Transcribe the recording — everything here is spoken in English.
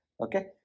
okay